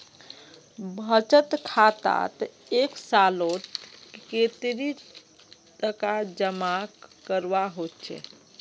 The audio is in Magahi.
बचत खातात एक सालोत कतेरी टका जमा करवा होचए?